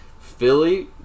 Philly